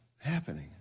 happening